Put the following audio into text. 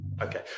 Okay